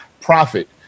profit